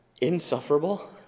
insufferable